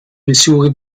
missouri